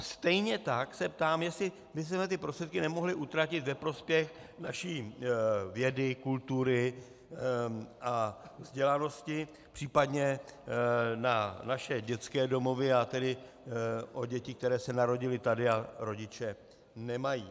Stejně tak se ptám, jestli bychom ty prostředky nemohli utratit ve prospěch naší vědy, kultury a vzdělanosti, případně na naše dětské domovy, tedy péči o děti, které se narodily tady a rodiče nemají.